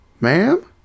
Ma'am